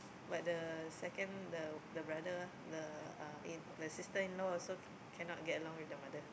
but the second the the brother the uh eh the sister in law also cannot get along with the mother